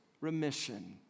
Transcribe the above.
remission